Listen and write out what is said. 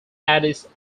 addis